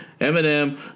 Eminem